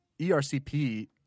ERCP